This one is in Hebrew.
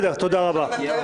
זה אחד